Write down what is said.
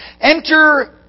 Enter